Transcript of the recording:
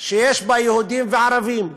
שיש בה יהודים וערבים.